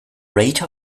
rate